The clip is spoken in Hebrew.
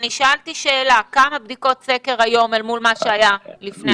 שאלתי שאלה: כמה בדיקות סקר היום אל מול מה שהיה לפני הסגר?